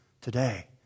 today